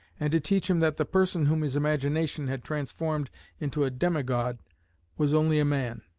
and to teach him that the person whom his imagination had transformed into a demigod was only a man,